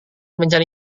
mencari